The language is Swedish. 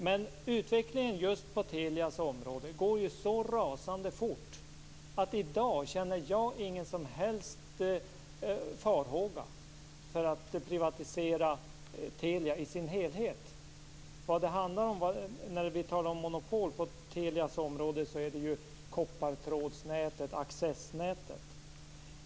Men utvecklingen just på Telias område går ju så rasande fort att jag i dag inte känner någon som helst farhåga för att privatisera Telia i dess helhet. Vad det handlar om när vi talar om monopol på Telias område är ju koppartrådsnätet, accessnätet.